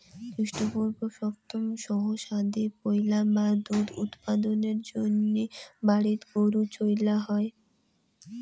খ্রীষ্টপূর্ব সপ্তম সহস্রাব্দে পৈলাবার দুধ উৎপাদনের জইন্যে বাড়িত গরু চইল হই